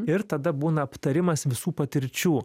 ir tada būna aptarimas visų patirčių